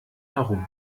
herum